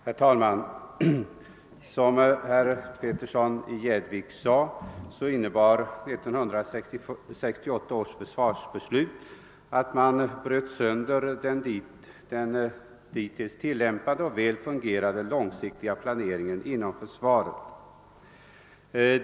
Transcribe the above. Herr talman! Som herr Petersson i Gäddvik sade innebar 1968 års försvarsbeslut att man rev sönder den dittills tillämpade, väl fungerande långsiktiga planeringen inom försvaret.